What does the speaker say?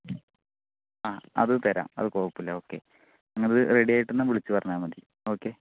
ആ അത് തരാം അത് കുഴപ്പമില്ല ഓക്കേ അത് റെഡി ആയിട്ടൊന്ന് വിളിച്ചു പറഞ്ഞാൽ മതി ഓക്കേ